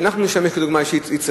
שאנחנו נשמש דוגמה אישית,